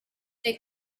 they